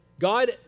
God